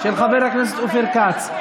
של חבר הכנסת אופיר כץ.